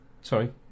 Sorry